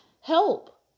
Help